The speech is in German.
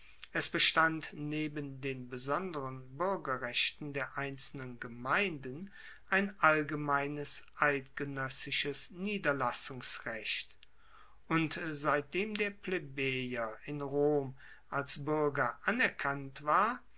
es bestand neben den besonderen buergerrechten der einzelnen gemeinden ein allgemeines eidgenoessisches niederlassungsrecht und seitdem der plebejer in rom als buerger anerkannt war